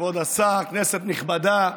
כבוד השר, כנסת נכבדה,